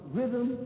rhythm